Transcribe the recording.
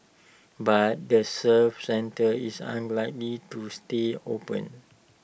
but the service centre is unlikely to stay open